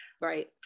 right